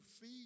feed